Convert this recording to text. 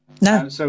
No